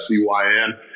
Cyn